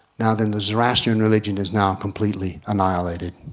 now then, the zoroastrian religion is now completely annihilated.